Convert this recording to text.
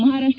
Maharashtra